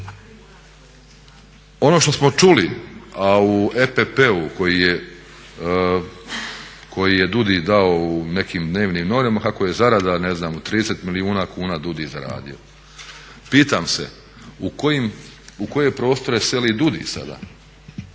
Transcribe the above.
Ono što smo čuli, a u EPP-u koji je DUUDI dao u nekim dnevnim novinama kako je zarada ne znam u 30 milijuna kuna DUUDI zaradio. Pitam se u koje prostore seli DUUDI sada?